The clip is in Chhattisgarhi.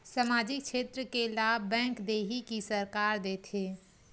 सामाजिक क्षेत्र के लाभ बैंक देही कि सरकार देथे?